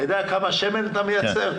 אתה יודע כמה שמן אתה מייצר?